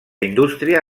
indústria